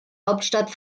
hauptstadt